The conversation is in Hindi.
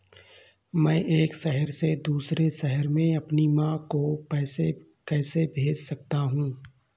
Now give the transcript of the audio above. मैं एक शहर से दूसरे शहर में अपनी माँ को पैसे कैसे भेज सकता हूँ?